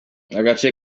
agace